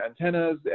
antennas